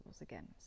again